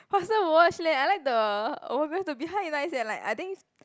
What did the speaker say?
faster watch leh I like the oh because the behind nice eh like I think